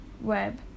web